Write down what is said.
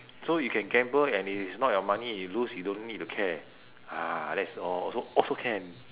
so you can gamble and it is not your money you lose you don't need to care ah that's all also also can